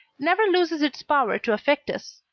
never loses its power to affect us.